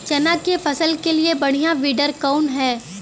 चना के फसल के लिए बढ़ियां विडर कवन ह?